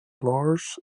lars